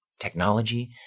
technology